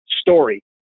story